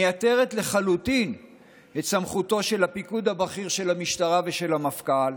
היא מייתרת לחלוטין את סמכותו של הפיקוד הבכיר של המשטרה ושל המפכ"ל.